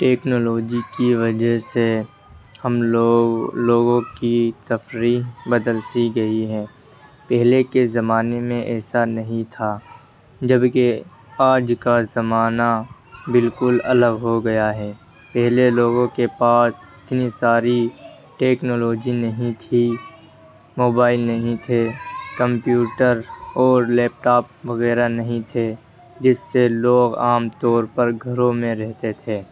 technology کی وجہ سے ہم لوگ لوگوں کی تفریح بدل سی گئی ہے پہلے کے زمانے میں ایسا نہیں تھا جب کہ آج کا زمانہ بالکل الگ ہو گیا ہے پہلے لوگو کے پاس اتنی ساری ٹیکنولوجی نہیں تھی موبائل نہیں تھے کمپیوٹر اور لیپ ٹاپ وغیرہ نہیں تھے جس سے لوگ عام طور پر گھروں میں رہتے تھے